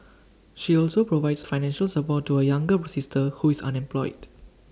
she also provides financial support to her younger sister who is unemployed